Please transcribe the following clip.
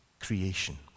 Creation